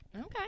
Okay